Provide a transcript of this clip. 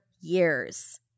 years